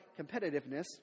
competitiveness